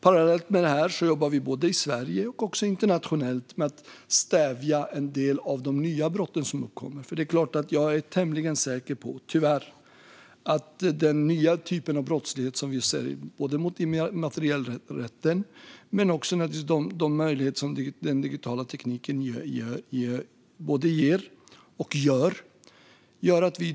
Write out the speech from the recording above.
Parallellt med detta jobbar vi både i Sverige och internationellt med att stävja en del av de nya brott som uppkommer. Jag är tyvärr tämligen säker på att vi i dag har ett stort mörkertal när det gäller den nya typ av brottslighet som riktas mot immaterialrätten med de möjligheter som den digitala tekniken ger och gör.